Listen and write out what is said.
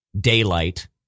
Daylight